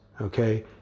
okay